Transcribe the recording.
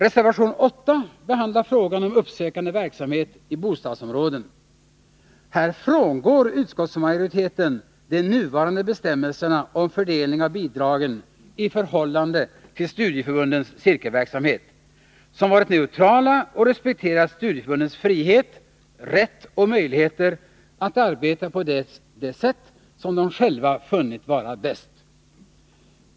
Reservation 8 behandlar frågan om uppsökande verksamhet i bostadsområden. Här frångår utskottsmajoriteten de nuvarande bestämmelserna om fördelning av bidragen i förhållande till studieförbundens cirkelverksamhet, vilka varit neutrala och respekterat studieförbundens frihet, rätt och möjligheter att arbeta på det sätt som de själva funnit vara bäst.